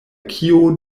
kio